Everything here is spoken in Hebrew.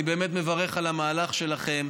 אני באמת מברך על המהלך שלכם,